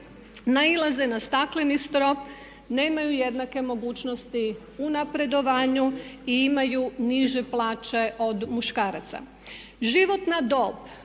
nailaze na stakleni strop, nemaju jednake mogućnosti u napredovanju i imaju niže plaće od muškaraca. Životna dob